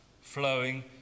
flowing